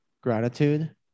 gratitude